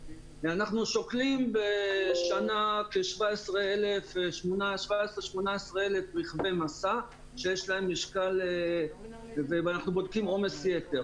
אנחנו שוקלים בשנה כ-18-17 אלף רכבי משא ואנחנו בודקים עומס יתר